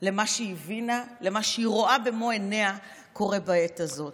ומה שהיא הבינה למה שהיא רואה במו עיניה שקורה בעת הזאת.